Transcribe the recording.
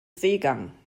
seegang